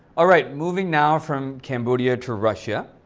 alright. moving now from cambodia to russia.